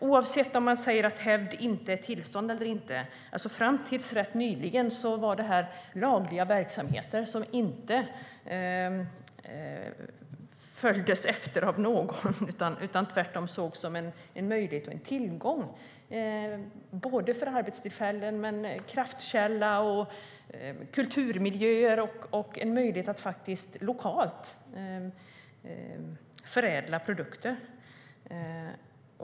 Oavsett om man säger att hävd inte är ett tillstånd var det här fram till rätt nyligen lagliga verksamheter som sågs som möjligheter och tillgångar för arbetstillfällen och som kraftkälla. Det handlar om kulturmiljöer och en möjlighet att lokalt förädla produkter.